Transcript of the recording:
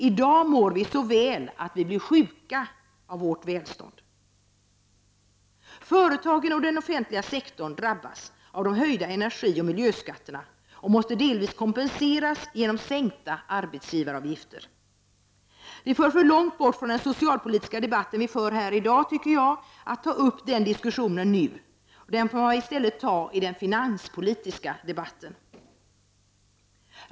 I dag mår vi så väl att vi blir sjuka av vårt välstånd. Företagen och den offentliga sektorn drabbas av de höjda energioch miljöskatterna och måste delvis kompenseras genom sänkta arbetsgivaravgifter. Det leder för långt bort från den socialpolitiska debatt vi för här i dag, tycker jag, att ta upp den diskussionen nu. Den får vi i stället ta i den finanspolitiska debatten.